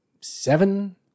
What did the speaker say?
seven